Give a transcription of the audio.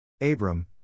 Abram